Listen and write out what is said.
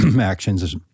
actions